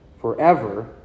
forever